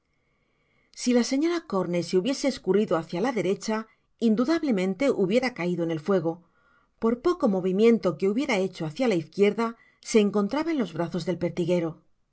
si la señora corney se hubiese escurrido hacia la derecha indudablemente hubiera caido en el fuego por poco movimiento que hubiera hecho hacia la izquierda se encontraba en los brazos del pertiguero